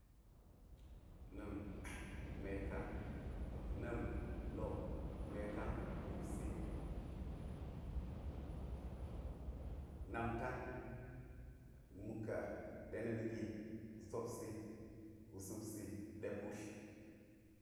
Na̱m mekan ok na̱m losp mekan wupsi nmatan mukka ɗ nitgi na̱ topsi wusupsi ɗe kutl.